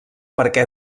perquè